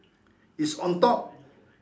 is on top